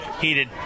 heated